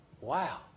Wow